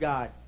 God